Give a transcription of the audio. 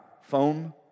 phone